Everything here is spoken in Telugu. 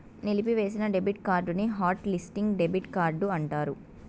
నిలిపివేసిన డెబిట్ కార్డుని హాట్ లిస్టింగ్ డెబిట్ కార్డు అంటారు